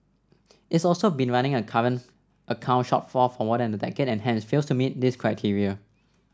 it's also been running a current account shortfall for more than a decade and hence fails to meet this criteria